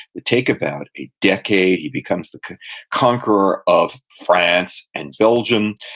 they take about a decade, he becomes the conqueror of france and belgium,